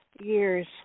years